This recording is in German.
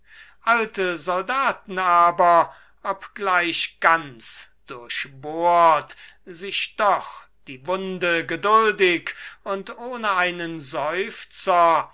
alte soldaten aber obgleich ganz durchbohrt sich doch geduldig und ohne einen seufzer